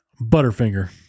Butterfinger